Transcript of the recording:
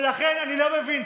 ולכן אני לא מבין.